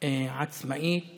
עצמאית